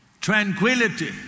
tranquility